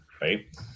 right